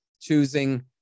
choosing